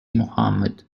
mohammad